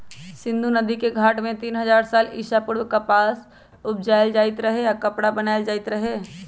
सिंधु नदिके घाट में तीन हजार साल ईसा पूर्व कपास उपजायल जाइत रहै आऽ कपरा बनाएल जाइत रहै